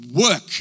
work